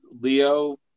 Leo